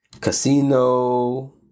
casino